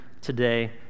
today